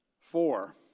Four